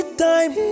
time